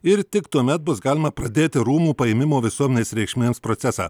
ir tik tuomet bus galima pradėti rūmų paėmimo visuomenės reikšmėms procesą